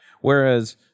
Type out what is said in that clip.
Whereas